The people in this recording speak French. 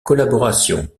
collaboration